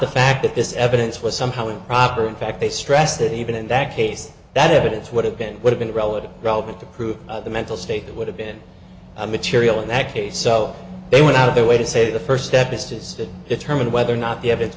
the fact that this evidence was somehow improper in fact they stressed that even in that case that evidence would have been would have been relevant relevant to prove the mental state that would have been a material in that case so they went out of their way to say the first step is to determine whether or not